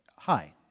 high.